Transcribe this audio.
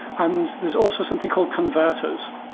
and there's also something called converters.